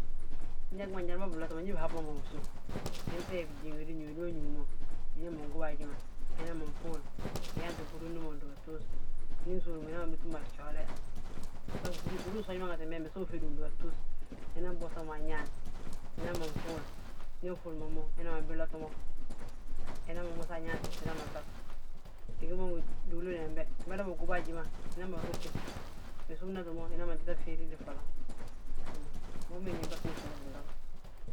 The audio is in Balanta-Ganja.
Ñég ma njali ma binlot ma ndi bihab ma mo bisów, untita yaa bijiiŋ wédu uñuwe, ndu uñuu mo, imanan gób haji ma, imana ŧuul, nyaanti ɓúri willi ma, undúbatus. Ndi nsówli mo, ɓúri usoonji ma ŋatin be so usów wu ŧéde dúbatus, unanb wosa ma añaan, imanan fuul, ndi nfuul ma mo inaman bilot mo, inaman wosa añaani fis, unama nlot. Ugí mo ngi diliin weme, umada ma góba haji ma, inaman rosi, wi súmnati mo wi manan tita fiiriri folon, mbo hú ma nĩni wi ma súmnatini